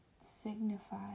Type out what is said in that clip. signify